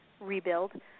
rebuild